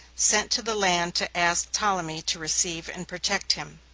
sent to the land to ask ptolemy to receive and protect him.